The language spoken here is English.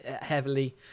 heavily